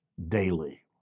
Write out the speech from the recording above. daily